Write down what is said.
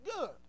good